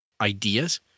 Ideas